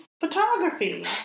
photography